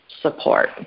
support